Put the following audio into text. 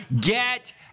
get